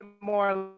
more